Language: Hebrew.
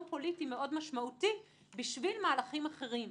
פוליטי מאוד משמעותי בשביל מהלכים אחרים.